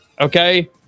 okay